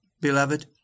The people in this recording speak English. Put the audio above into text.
beloved